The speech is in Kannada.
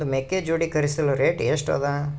ಒಂದ್ ಮೇಕೆ ಜೋಡಿ ಖರಿದಿಸಲು ರೇಟ್ ಎಷ್ಟ ಅದ?